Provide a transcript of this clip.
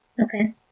okay